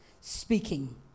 speaking